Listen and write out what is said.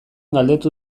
galdetu